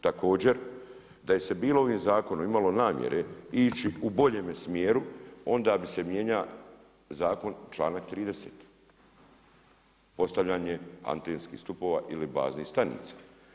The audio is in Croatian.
Također da se je bilo ovim zakonom, imalo namjere ići u boljemu smjeru onda bi se mijenjao zakon članak 30, postavljanje antenskih stupova ili baznih stanica.